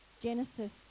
Genesis